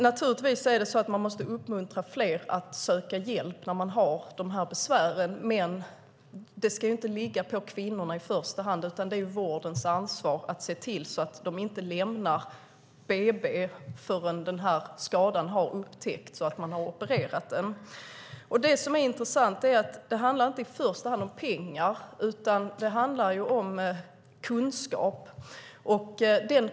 Naturligtvis måste man uppmuntra fler att söka hjälp när man har de här besvären, men det ska inte ligga på kvinnorna i första hand, utan det är vårdens ansvar att se till att de inte lämnar BB förrän de undersökts, den eventuella skadan upptäckts och de har opererats. Det som är intressant är att det inte i första hand handlar om pengar, utan det handlar om kunskap.